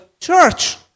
church